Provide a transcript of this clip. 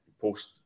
post-